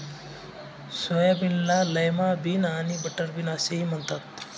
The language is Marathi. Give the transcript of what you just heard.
सोयाबीनला लैमा बिन आणि बटरबीन असेही म्हणतात